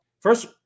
first